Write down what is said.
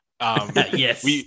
Yes